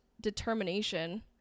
determination